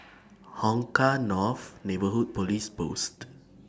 Hong Kah North Neighbourhood Police Post